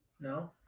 No